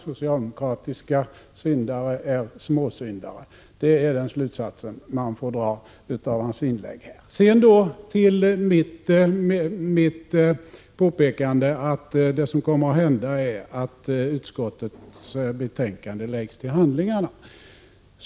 Socialdemokratiska syndare är små syndare. Det är den slutsats man får dra av Olle Svenssons inlägg här. Sedan då till mitt påpekande att det som kommer att hända är att utskottets betänkande läggs till handlingarna.